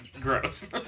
gross